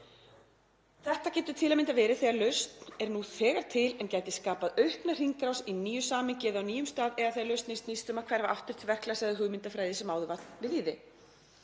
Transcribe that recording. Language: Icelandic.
Þetta getur til að mynda verið þegar lausn er nú þegar til en gæti skapað aukna hringrás í nýju samhengi eða á nýjum stað eða þegar lausnin snýst um að hverfa aftur til verklags eða hugmyndafræði sem áður var við lýði.